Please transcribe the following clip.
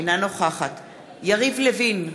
אינה נוכחת יריב לוין,